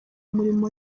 murimo